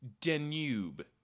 danube